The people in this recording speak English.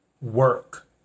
work